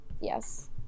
yes